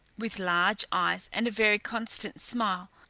with large eyes and a very constant smile,